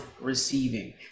receiving